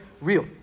real